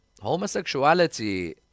homosexuality